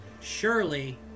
Surely